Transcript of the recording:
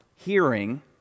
hearing